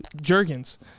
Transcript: jergens